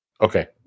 Okay